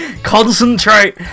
concentrate